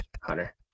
hunter